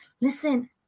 listen